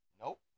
Nope